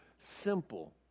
simple